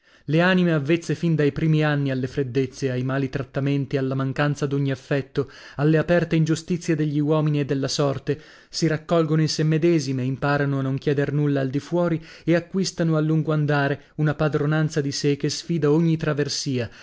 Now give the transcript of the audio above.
le anime avvezze fin dai primi anni alle freddezze ai mali trattamenti alla mancanza d'ogni affetto alle aperte ingiustizie degli uomini e della sorte si raccolgono in sè medesime imparano a non chieder nulla al di fuori e acquistano a lungo andare una padronanza di sè che sfida ogni traversia